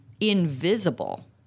invisible